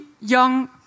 young